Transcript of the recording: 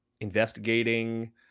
investigating